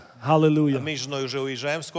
Hallelujah